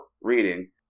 reading